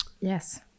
Yes